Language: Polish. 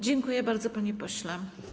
Dziękuję bardzo, panie pośle.